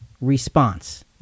response